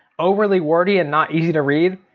overly wordy and not easy to read.